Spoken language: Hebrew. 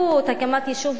הקמת יישובים,